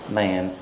man